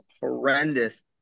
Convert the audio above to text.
horrendous